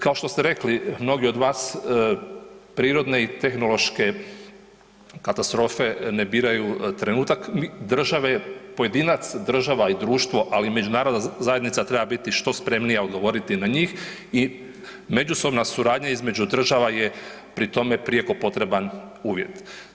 Kao što ste rekli, mnogi od vas, prirodne i tehnološke katastrofe ne biraju trenutak, države, pojedinac, država i društvo, ali i međunarodna zajednica treba biti što spremnija odgovoriti na njih i međusobna suradnja između država je pri tome prijeko potreban uvjet.